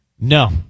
No